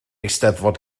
eisteddfod